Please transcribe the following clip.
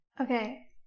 Okay